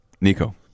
Nico